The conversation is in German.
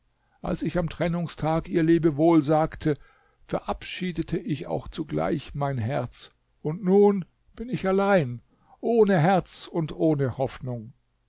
als ich am trennungstag ihr lebewohl sagte verabschiedete ich auch zugleich mein herz und nun bin ich allein ohne herz und ohne hoffnung